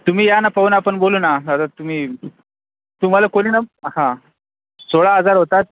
तुम्ही या ना पाहू न आपण बोलू ना दादा तुम्ही तुम्हाला कोणीन हां सोळा हजार होतात